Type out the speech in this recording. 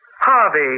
Harvey